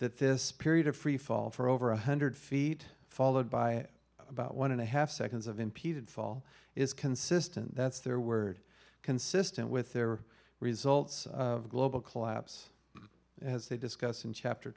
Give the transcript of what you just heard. that this period of freefall for over one hundred feet followed by about one and a half seconds of impeded fall is consistent that's their word consistent with their results of global collapse as they discussed in chapter